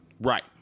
right